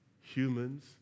humans